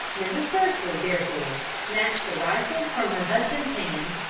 mrs. pursley, therefore, snatched a rifle from her husband's hand,